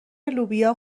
لوبیا